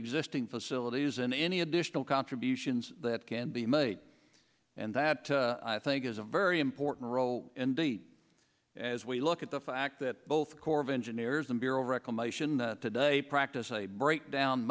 existing facilities and any additional contributions that can be made and that i think is a very important role indeed as we look at the fact that both corps of engineers and bureau of reclamation today practice a breakdown